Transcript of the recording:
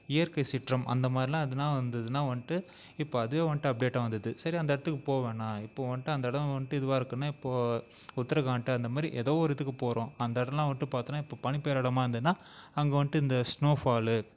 இயற்கை சீற்றம் அந்த மாதிரிலாம் எதுனால் வந்துதுனால் வந்துட்டு இப்போ அதுவே வந்துட்டு அப்டேட்டாக வந்துவிடுது சரி அந்த இடத்துக்கு போக வேணாம் இப்போது வந்துட்டு அந்த இடம் வந்துட்டு இதுவாக இருக்குதுனு இப்போது உத்ரகாண்ட்டு அந்த மாதிரி ஏதோ ஒரு இதுக்கு போகிறோம் அந்த இடம்லாம் வந்துட்டு பார்த்தீனா இப்போ பனிப்பெய்கிற இடமா இருந்துதுனால் அங்கே வந்துட்டு இந்த ஸ்னோ ஃபால்லு